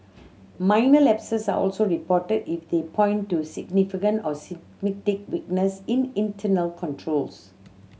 minor lapses are also reported if they point to significant or weaknesses in internal controls